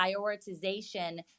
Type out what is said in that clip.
prioritization